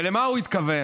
ולמה הוא התכוון?